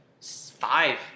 five